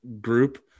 group